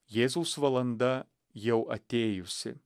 jėzaus valanda jau atėjusi